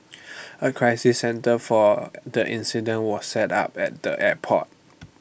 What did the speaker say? A crisis centre for the incident was set up at the airport